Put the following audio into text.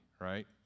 right